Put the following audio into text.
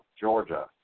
Georgia